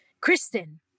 Kristen